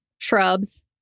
shrubs